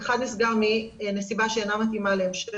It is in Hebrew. אחד נסגר מנסיבה שאינה מתאימה להמשך